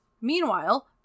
Meanwhile